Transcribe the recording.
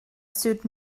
stood